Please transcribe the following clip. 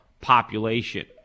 population